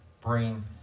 bring